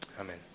amen